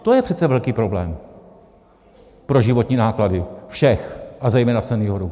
To je přece velký problém pro životní náklady všech, a zejména seniorů.